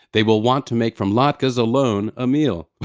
they will want to make from latkes alone a meal.